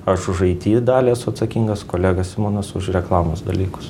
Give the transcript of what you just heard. aš už ai ti dalį esu atsakingas kolega simonas už reklamos dalykus